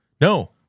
No